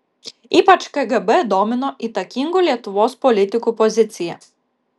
ypač kgb domino įtakingų lietuvos politikų pozicija